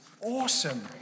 awesome